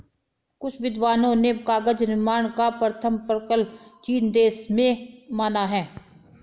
कुछ विद्वानों ने कागज निर्माण का प्रथम प्रकल्प चीन देश में माना है